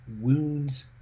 wounds